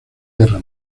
guerra